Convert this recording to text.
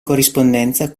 corrispondenza